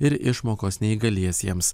ir išmokos neįgaliesiems